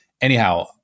Anyhow